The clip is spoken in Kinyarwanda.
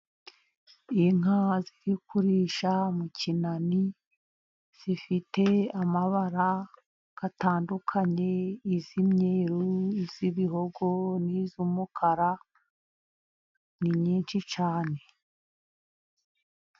Inka ziri kurisha mu kinani, zifite amabara atandukanye iz'imyeru, iz'ibihogo n'iz'umukara, ni nyinshi cyane.